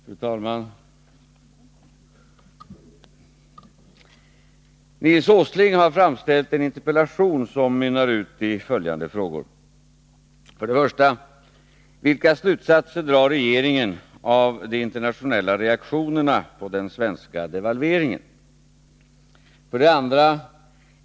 Fru talman! Nils Åsling har framställt en interpellation, som mynnar ut i följande frågor: 1. Vilka slutsatser drar regeringen av de internationella reaktionerna på den svenska devalveringen? 2.